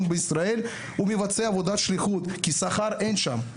בישראל הוא מבצע עבודת שליחות כי שכר אין שם.